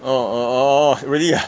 orh orh orh orh really ah